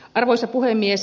arvoisa puhemies